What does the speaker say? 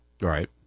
Right